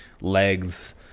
legs